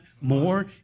more